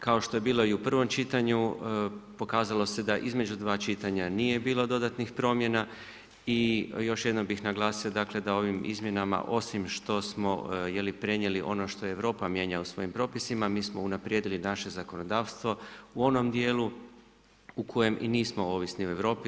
Kao što je bilo i u prvom čitanju pokazalo se da između dva čitanja nije bilo dodatnih promjena i još jednom bih naglasio da ovim izmjenama osim što smo prenijeli ono što Europa mijenja u svojim propisima mi smo unaprijedili naše zakonodavstvo u onom dijelu u kojem i nismo ovisni o Europi.